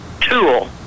tool